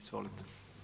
Izvolite.